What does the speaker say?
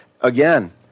Again